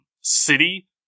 City